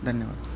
धन्यवाद